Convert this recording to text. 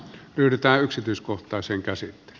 yritä yksityiskohtaisen käsi